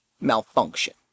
malfunction